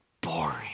boring